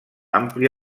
àmplia